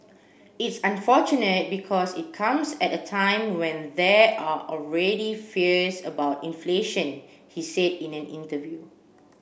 it's unfortunate because it comes at a time when there are already fears about inflation he said in an interview